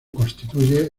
constituye